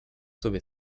sobie